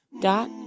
dot